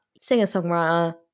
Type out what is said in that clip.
singer-songwriter